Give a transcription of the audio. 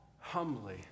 humbly